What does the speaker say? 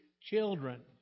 children